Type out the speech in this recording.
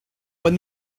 when